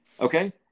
Okay